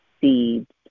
seeds